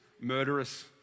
murderous